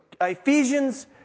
Ephesians